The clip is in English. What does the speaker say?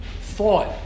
thought